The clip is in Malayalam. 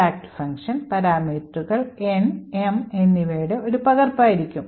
Fact ഫംഗ്ഷൻ പാരാമീറ്ററുകൾ N M എന്നിവയുടെ ഒരു പകർപ്പായിരിക്കും